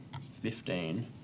fifteen